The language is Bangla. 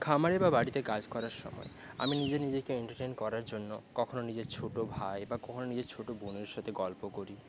খামারে বা বাড়িতে কাজ করার সময় আমি নিজে নিজেকে এন্টারটেন করার জন্য কখনও নিজের ছোটো ভাই বা কখনও নিজের ছোটো বোনের সাথে গল্প করি